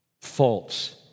false